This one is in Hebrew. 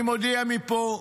אני מודיע מפה,